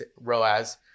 ROAS